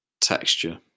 texture